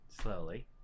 slowly